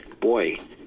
boy